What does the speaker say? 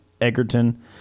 Egerton